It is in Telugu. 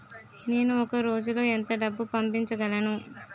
నేను ఒక రోజులో ఎంత డబ్బు పంపించగలను?